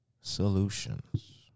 solutions